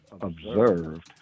observed